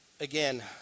Again